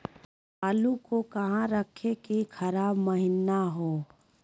आलू को कहां रखे की खराब महिना हो?